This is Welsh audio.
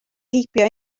heibio